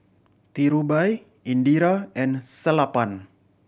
Dhirubhai Indira and Sellapan